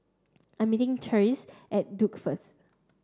I'm meeting Tressie at Duke first